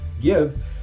give